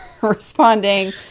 responding